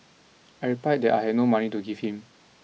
I replied that I had no money to give him